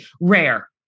rare